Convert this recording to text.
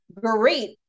great